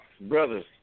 brothers